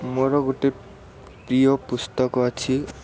ମୋର ଗୋଟେ ପ୍ରିୟ ପୁସ୍ତକ ଅଛି